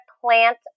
plant